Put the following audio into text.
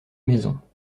maisons